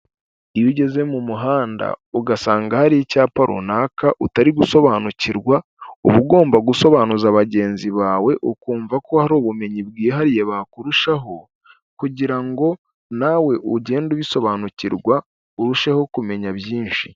Iyo ugeze mu muhanda ugasanga hari icyapa runaka utari gusobanukirwa uba ugomba gusobanuza bagenzi bawe ukumva ko hari ubumenyi bwihariye bakurushaho kugira ngo nawe ugende ubisobanukirwa urusheho kumenya byinshi.